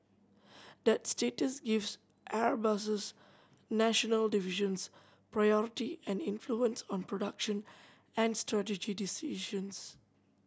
that status gives Airbus's national divisions priority and influence on production and strategy decisions